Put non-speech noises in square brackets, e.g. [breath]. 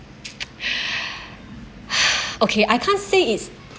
[breath] okay I can't say is